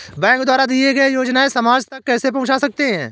Bank द्वारा दिए गए योजनाएँ समाज तक कैसे पहुँच सकते हैं?